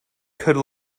could